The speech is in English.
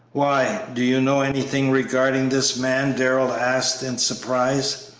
why, do you know anything regarding this man? darrell asked in surprise.